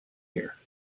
here